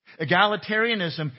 Egalitarianism